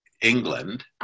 England